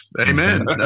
Amen